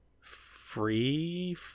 free